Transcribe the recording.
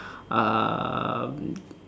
um